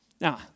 Now